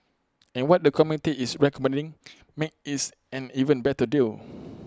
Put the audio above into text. and what the committee is recommending makes its an even better deal